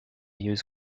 use